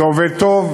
זה עובד טוב,